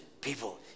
people